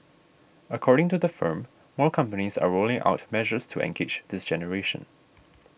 according to the firm more companies are rolling out measures to engage this generation